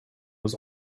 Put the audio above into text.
was